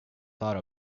thought